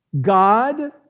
God